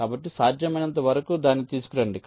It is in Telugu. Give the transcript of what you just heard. కాబట్టి సాధ్యమైనంత వరకు దానిని తీసుకురండి